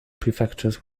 prefectures